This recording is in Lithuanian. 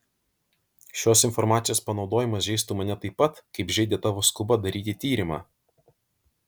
šios informacijos panaudojimas žeistų mane taip pat kaip žeidė tavo skuba daryti tyrimą